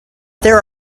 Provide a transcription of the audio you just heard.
there